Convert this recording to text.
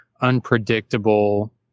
unpredictable